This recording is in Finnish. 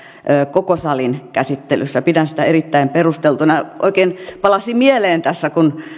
koko salin käsittelyssä pidän sitä erittäin perusteltuna oikein palasi mieleen tässä kun